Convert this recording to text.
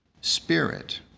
Spirit